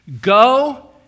go